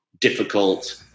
difficult